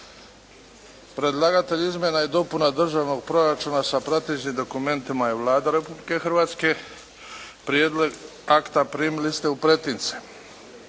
Predlagatelj izmjena i dopuna državnog proračuna sa pratećim dokumentima je Vlada Republike Hrvatske. Prijedlog akta primili ste u pretince.